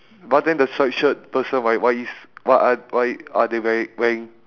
but then the stripe shirt person right why is what are why are they weari~ wearing